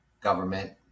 government